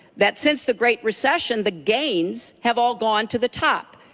that since the great recession, the gains have all gone to the top.